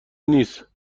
نیست